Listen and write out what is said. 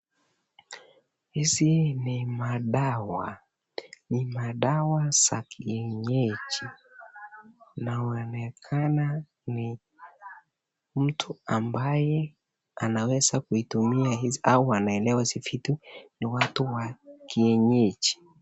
Hizi ni madawa, ni madawa za kienyeji anaonekana ni mtu ambaye anaweza kuitumika dawa hawa wanaelewa hizi vitu ni watu wa kienyeji.